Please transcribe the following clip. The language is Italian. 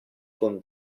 con